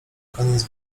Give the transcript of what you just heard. koniec